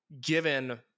given